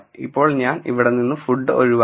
ഇപ്പോൾ ഞാൻ ഇവിടെ നിന്ന് ഫുഡ് ഒഴിവാക്കി